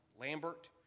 Lambert